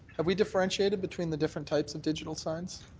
have we differentiated between the different types of digital signs?